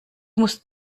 musst